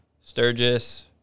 Sturgis